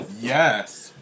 Yes